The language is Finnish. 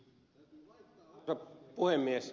arvoisa puhemies